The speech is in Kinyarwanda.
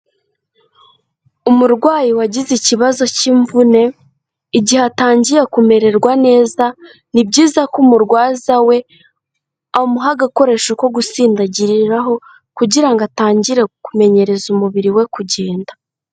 Umurwayi wagize ikibazo cy'imvune igihe atangiye kumererwa neza, ni byiza ko umurwaza we amuha agakoresho ko gusindagiriraho kugira ngo atangire kumenyereza umubiri we kugenda.